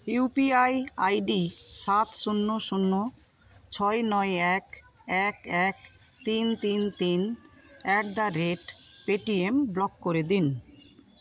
UPI ID সাত শূন্য শূন্য ছয় নয় এক এক এক তিন তিন তিন at the rate Paytm block করে দিন